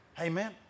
Amen